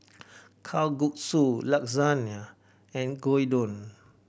Kalguksu Lasagna and Gyudon